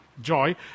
joy